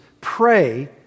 Pray